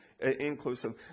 inclusive